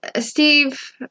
Steve